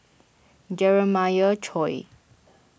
Jeremiah Choy